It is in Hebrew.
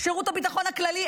שירות הביטחון הכללי,